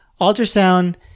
Ultrasound